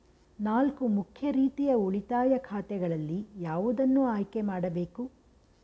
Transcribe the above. ನಾಲ್ಕು ಮುಖ್ಯ ರೀತಿಯ ಉಳಿತಾಯ ಖಾತೆಗಳಲ್ಲಿ ಯಾವುದನ್ನು ಆಯ್ಕೆ ಮಾಡಬೇಕು?